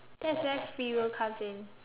that's where free will comes in